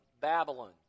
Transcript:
Babylon